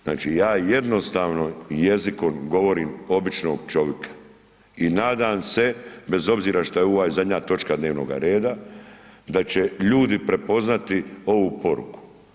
Znači jednostavno jezikom govorim običnog čovjeka i nadam se, bez obzira što je ovo zadnja točka dnevnoga reda da će ljudi prepoznati ovu poruku.